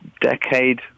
decade